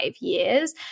years